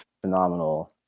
phenomenal